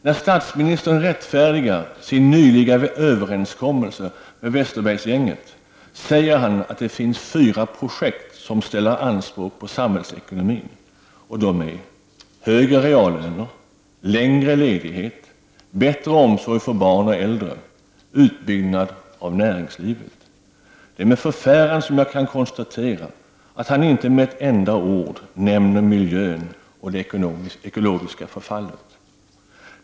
När statsministern rättfärdigar sin nyligen träffade överenskommelse med Westerbergsgänget säger han att det finns fyra projekt som ställer anspråk på samhällsekonomin, och det är: Det är med förfäran jag konstaterar att han inte med ett enda ord nämner miljön och det ekologiska förfallet.